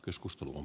keskustelun